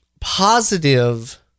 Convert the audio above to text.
positive